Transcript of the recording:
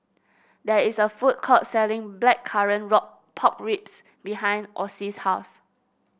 there is a food court selling blackcurrant work Pork Ribs behind Ocie's house